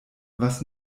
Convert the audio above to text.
was